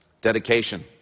Dedication